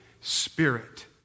Spirit